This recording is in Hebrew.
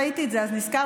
ראיתי את זה אז נזכרתי,